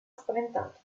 spaventato